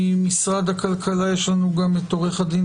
ממשרד הכלכלה יש לנו גם את עורך הדין